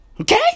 Okay